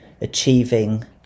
achieving